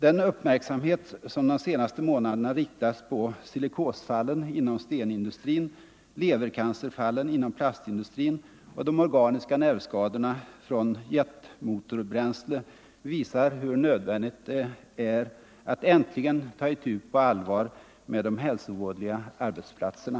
Den uppmärksamhet som de senaste månaderna riktats på silikosfallen inom stenindustrin, levercancerfallen inom plastindustrin och de organiska nervskadorna från jetmotorbränsle visar hur nödvändigt det är att äntligen ta itu på allvar med de hälsovådliga arbetsplatserna.